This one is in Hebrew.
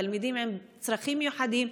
תלמידים עם צרכים מיוחדים,